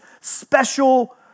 special